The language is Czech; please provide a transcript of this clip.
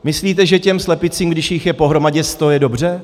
Myslíte, že těm slepicím, když jich je pohromadě sto, je dobře?